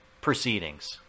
proceedings